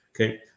okay